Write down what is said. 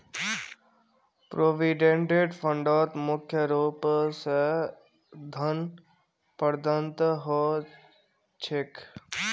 provident फंडत मुख्य रूप स धन प्रदत्त ह छेक